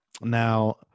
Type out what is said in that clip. Now